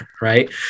Right